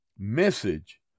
message